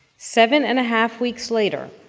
seven and a half weeks later